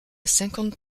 cinquante